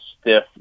stiff